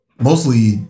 mostly